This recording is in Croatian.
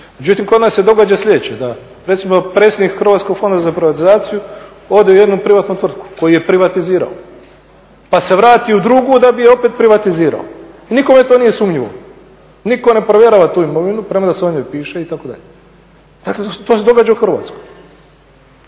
Međutim, kod nas se događa sljedeće da recimo predsjednik Hrvatskog fonda za privatizaciju ode u jednu privatnu tvrtku koju je privatizirao, pa se vrati u drugu da bi je opet privatizirao. Nikome to nije sumnjivo. Nitko ne provjerava tu imovinu premda se o njoj piše itd. Dakle, to se događa u Hrvatskoj.